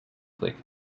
click